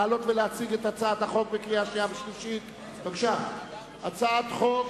לעלות ולהציג לקריאה שנייה ושלישית את הצעת חוק